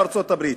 לארצות-הברית,